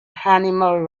animal